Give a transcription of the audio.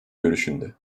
görüşünde